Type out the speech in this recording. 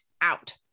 out